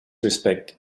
respect